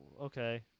okay